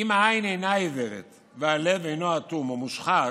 "אם העין אינה עיוורת והלב אינו אטום או מושחת,